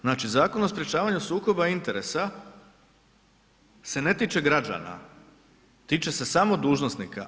Znači Zakon o sprječavanju sukoba interesa se ne tiče građana, tiče se samo dužnosnika.